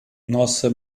nossa